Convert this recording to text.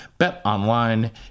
BetOnline